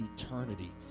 eternity